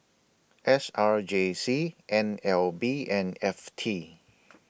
S R J C N L B and F T